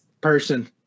person